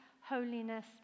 holiness